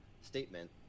statement